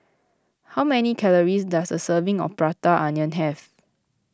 how many calories does a serving of Prata Onion have